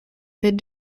bid